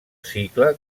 cicle